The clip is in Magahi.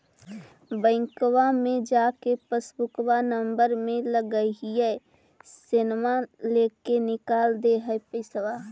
बैंकवा मे जा के पासबुकवा नम्बर मे लगवहिऐ सैनवा लेके निकाल दे है पैसवा?